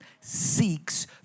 seeks